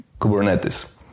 Kubernetes